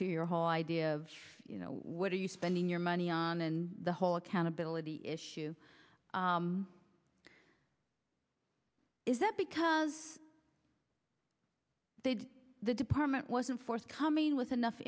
to your whole idea of you know what are you spending your money on and the whole accountability issue is that because they did the department wasn't forthcoming with enough